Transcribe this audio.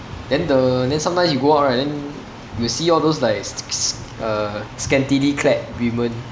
then the then sometimes you go out right then you will see all those like s~ s~ uh scantily clad women